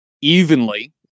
evenly